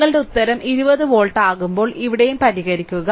നിങ്ങളുടെ ഉത്തരം 20 വോൾട്ട് ആകുമ്പോൾ ഇവിടെയും പരിഹരിക്കുക